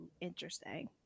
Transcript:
interesting